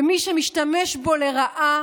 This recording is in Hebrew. ומי שמשתמש בו לרעה